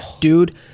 Dude